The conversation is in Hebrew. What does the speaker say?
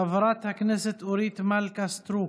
חברת הכנסת אורית מלכה סטרוק,